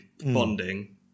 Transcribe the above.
Bonding